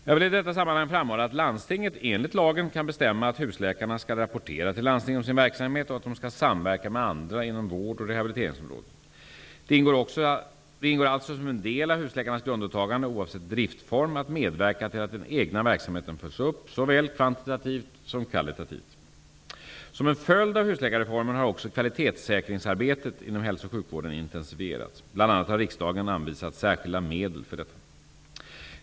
Jag vill i detta sammanhang framhålla att landstinget enligt husläkarlagen kan bestämma att husläkarna skall rapportera till landstinget om sin verksamhet och att de skall samverka med andra inom vård och rehabiliteringsområdet. Det ingår alltså som en del av husläkarnas grundåtagande oavsett driftsform att medverka till att den egna verksamheten följs upp såväl kvantitativt som kvalitativt. Som en följd av husläkarreformen har också kvalitetssäkringsarbetet inom hälso och sjukvården intensifierats. Bl.a. har riksdagen anvisat särskilda medel för detta.